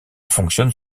fonctionne